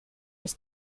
his